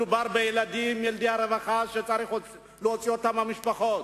מדובר בילדי רווחה שצריך להוציא מהמשפחות.